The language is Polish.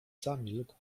zamilkł